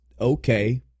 okay